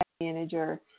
manager